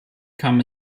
kam